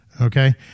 Okay